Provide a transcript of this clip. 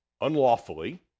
unlawfully